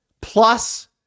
plus